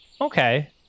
okay